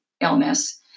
illness